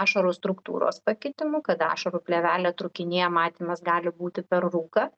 ašaros struktūros pakitimu kada ašarų plėvelė trūkinėja matymas gali būti per rūką